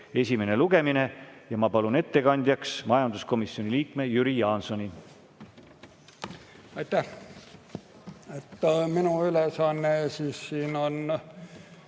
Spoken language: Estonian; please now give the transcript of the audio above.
esimene lugemine. Ma palun ettekandjaks majanduskomisjoni liikme Jüri Jaansoni.